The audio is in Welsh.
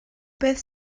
beth